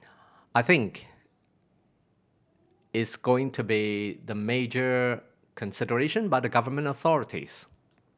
I think is going to be the major consideration by the Government authorities